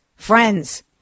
Friends